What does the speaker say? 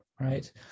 right